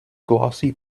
glossy